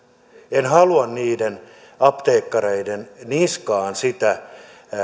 en halua niiden apteekkareiden niskaan sitä